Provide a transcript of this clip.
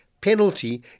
penalty